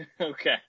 Okay